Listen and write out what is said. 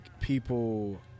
people